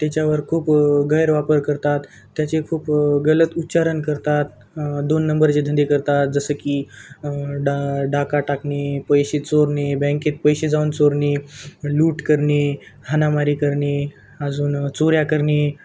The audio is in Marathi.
त्याच्यावर खूप गैरवापर करतात त्याचे खूप गलत उच्चारण करतात दोन नंबरचे धंदे करतात जसं की डा डाका टाकणे पैसे चोरणे बँकेत पैसे जाऊन चोरणे लूट करणे हाणामारी करणे अजून चोऱ्या करणे